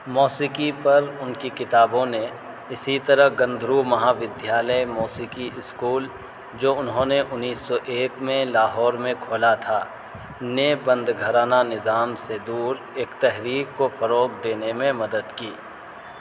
موسیقی پر ان کی کتابوں نے اسی طرح گندھرو مہا ودھیالیہ موسیقی اسکول جو انہوں نے انیس سو ایک میں لاہور میں کھولا تھا نے بند گھرانہ نظام سے دور ایک تحریک کو فروغ دینے میں مدد کی